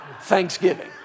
thanksgiving